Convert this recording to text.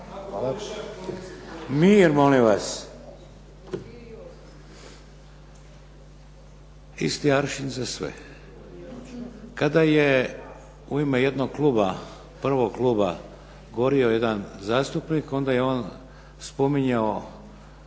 Mir molim vas! Isti aršin za sve. Kada je u ime jednog kluba, prvog kluba gorio jedan zastupnik, onda je on spominjao